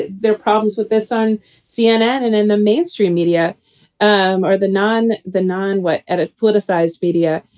their problems with this on cnn and in the mainstream media um are the non the non what at a floating sized media.